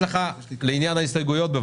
וחלק מן ההטבה היא צריכה להחזיר